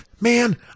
man